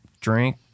drink